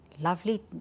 Lovely